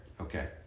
Okay